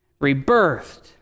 rebirthed